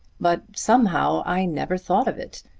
but somehow i never thought of it,